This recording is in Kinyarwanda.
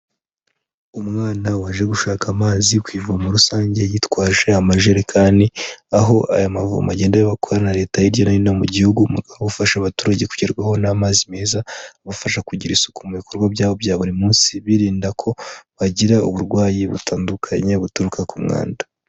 Umwana waje gushaka amazi ku ivomo rusange yitwaje amajerekani, aho aya mavomo agenda yubakwa na leta hirya no hino mu gihugu mu rwego rwo gufasha abaturage kugerwaho n'amazi meza abafasha kugira isuku mu bikorwa byabo bya buri munsi, birinda ko bagira uburwayi butandukanye buturuka ku mwanda.